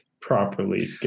properly